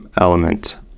element